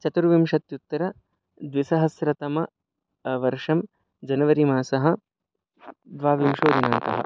चतुर्विंशत्युत्तरद्विसहस्रतम वर्षं जनवरि मासः द्वाविंशः दिनाङ्कः